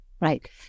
Right